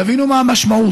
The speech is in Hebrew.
תבינו מה המשמעות: